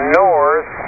north